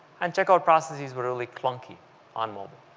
and checkout processes were really clunky on mobile.